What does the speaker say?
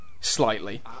Slightly